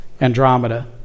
Andromeda